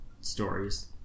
stories